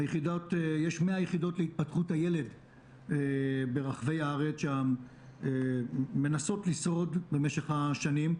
יש 100 יחידות להתפתחות הילד ברחבי הארץ שמנסות לשרוד במשך השנים,